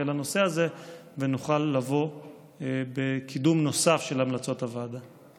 בנושא הזה ונוכל לבוא בקידום נוסף של המלצות הוועדה.